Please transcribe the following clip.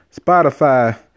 Spotify